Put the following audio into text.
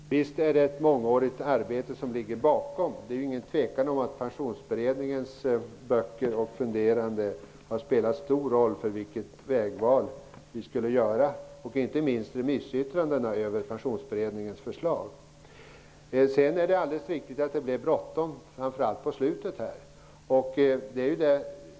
Herr talman! Visst är det ett mångårigt arbete som ligger bakom förslaget. Det råder ingen tvekan om att Pensionsberedningens böcker och funderande, och inte minst remissyttrandena över Pensionsberedningens förslag, har spelat stor roll för vårt vägval. Det är alldeles riktigt att det blev bråttom, framför allt på slutet.